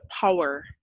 power